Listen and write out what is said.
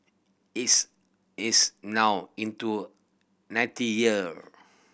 it's it's now into ninety year